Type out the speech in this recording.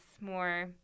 more